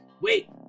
wait